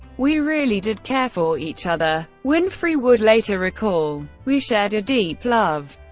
we really did care for each other, winfrey would later recall. we shared a deep love.